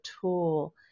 tool